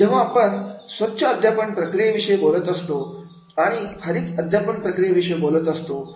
जेव्हा आपण स्वच्छ अध्यापन प्रक्रियेविषयी बोलतो आणि हरित अध्यापन प्रक्रियेविषयी बोलतो